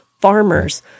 farmers